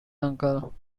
uncle